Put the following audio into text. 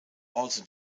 also